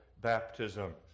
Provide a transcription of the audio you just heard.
baptism